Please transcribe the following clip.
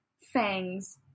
Fangs